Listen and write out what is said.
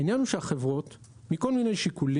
העניין הוא שהחברות, מכל מיני שיקולים,